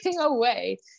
away